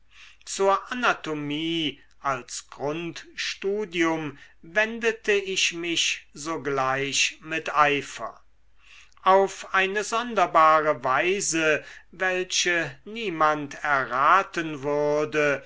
zur anatomie als grundstudium wendete ich mich sogleich mit eifer auf eine sonderbare weise welche niemand erraten würde